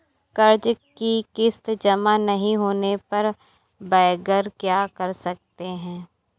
कर्ज कि किश्त जमा नहीं होने पर बैंकर क्या कर सकते हैं?